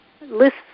lists